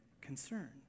concern